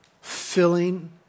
filling